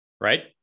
right